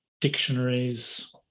dictionaries